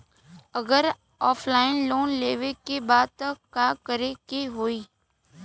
अगर offline loan लेवे के बा त का करे के होयी?